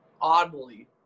oddly